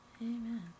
amen